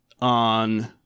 on